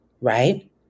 Right